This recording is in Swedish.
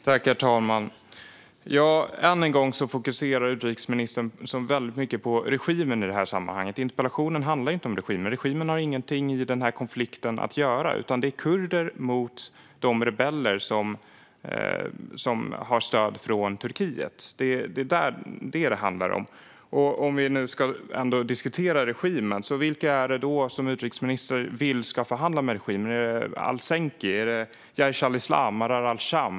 Herr talman! Än en gång fokuserar utrikesministern väldigt mycket på regimen i det här sammanhanget. Interpellationen handlar inte om regimen. Regimen har ingenting med den här konflikten att göra, utan det är kurder mot de rebeller som har stöd från Turkiet som det handlar om. Om vi nu ändå ska diskutera regimen: Vilka är det då som utrikesministern vill ska förhandla med regimen? Är det al-Zenki? Är det Jaish alIslam eller al-Sham?